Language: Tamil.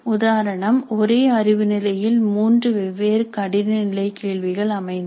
உதாரணம் ஒரே அறிவு நிலையில் மூன்று வெவ்வேறு கடின நிலை கேள்விகள் அமைந்தன